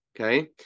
Okay